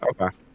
okay